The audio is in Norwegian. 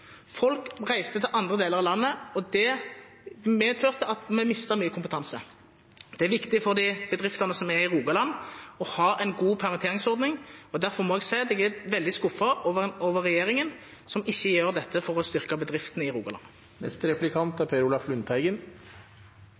folk flyttet. Folk reiste til andre deler av landet, og det medførte at vi mistet mye kompetanse. Det er viktig for de bedriftene som er i Rogaland, å ha en god permitteringsordning, og derfor må jeg si at jeg er veldig skuffet over at regjeringen ikke gjør dette for å styrke bedriftene i Rogaland. Etter noen år her har vi erfart at SV er